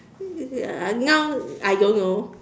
is it now I don't know